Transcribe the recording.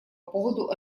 поводу